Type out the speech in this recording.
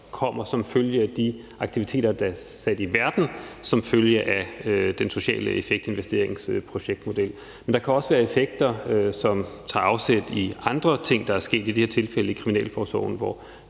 kommer som følge af de aktiviteter, der er sat i verden som følge af den sociale effektinvesterings projektmodel. Men der kan også være effekter, som har afsæt i andre ting, der er sket, i det her tilfælde i kriminalforsorgen, hvor